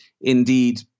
indeed